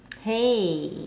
hey